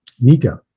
Nico